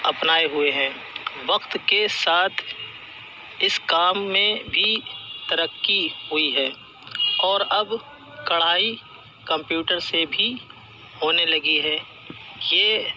اپنائے ہوئے ہیں وقت کے ساتھ اس کام میں بھی ترقی ہوئی ہے اور اب کڑھائی کمپیوٹر سے بھی ہونے لگی ہے یہ